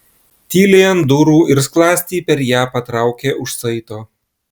tyliai ant durų ir skląstį per ją patraukė už saito